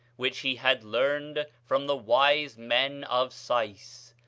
which he had learned from the wise men of sais,